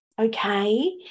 Okay